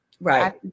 right